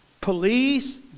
Police